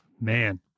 Man